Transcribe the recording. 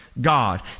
God